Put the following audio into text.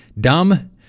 dumb